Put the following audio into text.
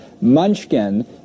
munchkin